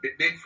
Bigfoot